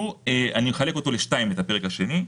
אני אחלק את הפרק הזה לשניים.